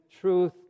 truth